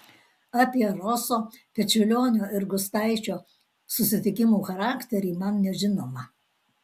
apie roso pečiulionio ir gustaičio susitikimų charakterį man nežinoma